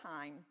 time